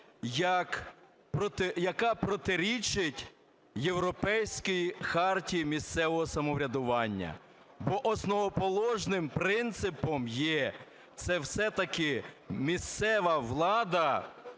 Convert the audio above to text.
яка протирічить Європейській хартії місцевого самоврядування. Бо основоположним принципом є – це все-таки місцева влада